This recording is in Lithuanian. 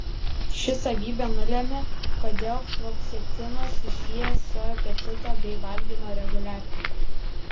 ši savybė nulemia kodėl fluoksetinas susijęs su apetito bei valgymo reguliavimu